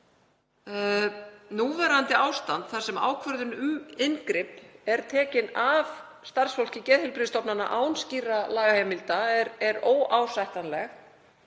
Núverandi ástand, þar sem ákvörðun um inngrip er tekin af starfsfólki geðheilbrigðisstofnana án skýrra lagaheimilda, er óásættanlegt.